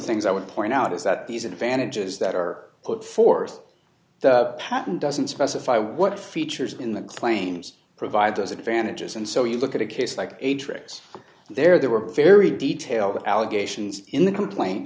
things i would point out is that these advantages that are put forth the patent doesn't specify what features in the claims provide those advantages and so you look at a case like a trace there were very detailed allegations in the complaint